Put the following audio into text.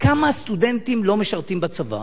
כמה סטודנטים לא משרתים בצבא